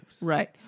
Right